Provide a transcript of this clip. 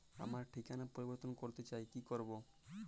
আমার ঠিকানা পরিবর্তন করতে চাই কী করব?